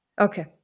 Okay